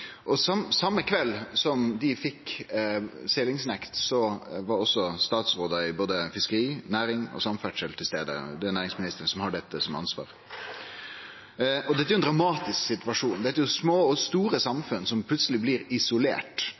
same kveld som dei fekk seglingsnekt, var statsrådar for både fiskeri, næring og samferdsel til stades. Det er næringsministeren som har dette som ansvarsområde. Dette er ein dramatisk situasjon. Det er små og store samfunn som plutseleg blir